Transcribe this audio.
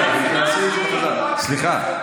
סליחה.